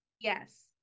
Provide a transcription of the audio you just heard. Yes